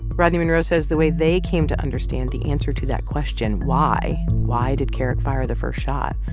rodney monroe says the way they came to understand the answer to that question why why did kerrick fire the first shot?